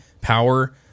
power